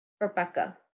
Rebecca